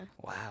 Wow